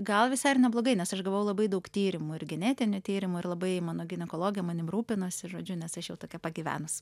gal visai ir neblogai nes aš gavau labai daug tyrimų ir genetinių tyrimų ir labai mano ginekologė manim rūpinosi žodžiu nes aš jau tokia pagyvenusi